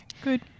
Good